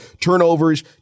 turnovers